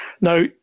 Now